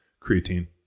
Creatine